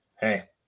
hey